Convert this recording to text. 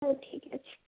ହେଉ ଠିକ ଅଛି